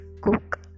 cook